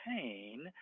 pain